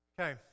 Okay